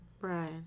Right